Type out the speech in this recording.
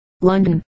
London